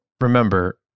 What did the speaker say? remember